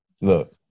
look